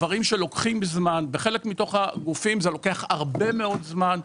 דברים שלוקחים זמן כאשר בחלק מתוך הגופים זה לוקח הרבה מאוד זמן,